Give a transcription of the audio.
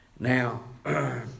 Now